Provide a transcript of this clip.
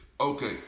okay